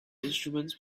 instruments